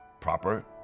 proper